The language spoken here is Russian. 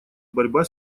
борьба